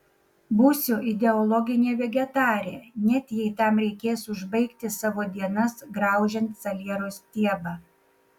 būsiu ideologinė vegetarė net jei tam reikės užbaigti savo dienas graužiant saliero stiebą